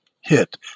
hit